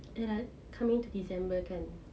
coming to december kan